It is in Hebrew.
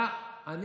ושינוי שיטת הממשל.